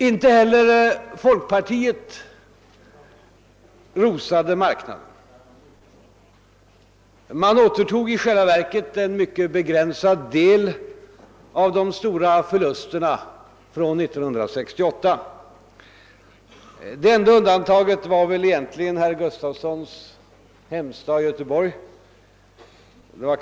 Inte heller folkpartiet rosade marknaden utan återtog i själva verket bara en mycket begränsad del av de stora förlusterna från 1968. Det enda undantaget var egentligen herr Gustafsons i Göteborg hemstad.